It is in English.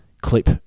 clip